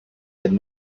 had